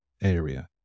area